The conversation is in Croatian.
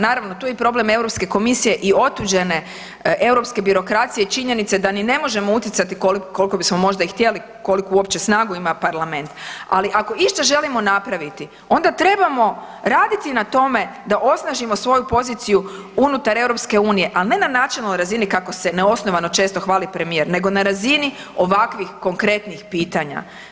Naravno tu je problem Europske Komisije i otuđene europske birokracije, činjenica je da ni ne možemo utjecati koliko bismo možda i htjeli, koliku uopće snagu ima Parlament, ali ako išta želimo napraviti, onda trebamo raditi na tome da osnažimo svoju poziciju unutar Europske unije, ali ne načelnoj razini kako se neosnovano često hvali premijer, nego na razini ovakvih konkretnih pitanja.